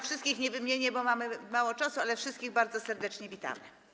Wszystkich nie wymienię, bo mamy mało czasu, ale wszystkich bardzo serdecznie witamy.